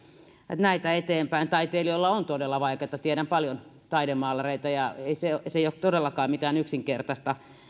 näitä eteenpäin taiteilijoilla on todella vaikeaa tiedän paljon taidemaalareita eikä se eläminen ole todellakaan mitään yksinkertaista